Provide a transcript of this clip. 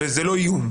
זה לא איום.